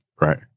Right